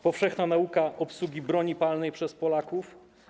Powszechna nauka obsługi broni palnej przez Polaków.